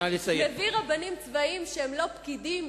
מביא רבנים צבאיים שהם לא פקידים,